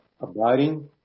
Abiding